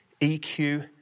EQ